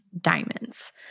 diamonds